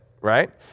right